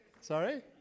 Sorry